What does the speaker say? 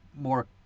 more